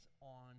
on